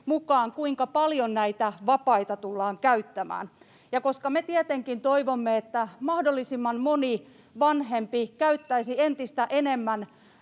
mukaan, kuinka paljon näitä vapaita tullaan käyttämään, ja koska me tietenkin toivomme, että mahdollisimman moni vanhempi käyttäisi entistä enemmän